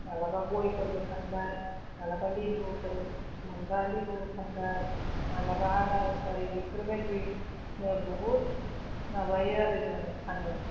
मालाबा गयफोरबो फानबाय मालाबा लिबु फोर मोनबा लिबु फानबाय मालाबा आनारस आरि बेफोर बायदिनो बहुत माबायो आरो जोङो फानो